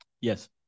Yes